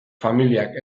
familiak